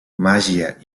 màgia